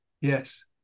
yes